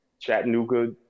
Chattanooga